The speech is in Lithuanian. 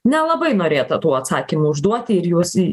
nelabai norėta tų atsakymų užduoti ir juos į